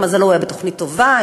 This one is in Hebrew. למזלו הוא היה בתוכנית טובה,